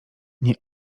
nie